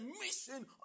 mission